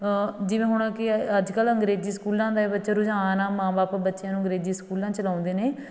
ਜਿਵੇਂ ਹੁਣ ਕਿ ਅੱਜ ਕੱਲ੍ਹ ਅੰਗਰੇਜ਼ੀ ਸਕੂਲਾਂ ਦੇ ਵਿੱਚ ਰੁਝਾਨ ਆ ਮਾਂ ਬਾਪ ਬੱਚਿਆਂ ਨੂੰ ਅੰਗਰੇਜ਼ੀ ਸਕੂਲਾਂ 'ਚ ਲਾਉਂਦੇ ਨੇ